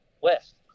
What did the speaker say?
west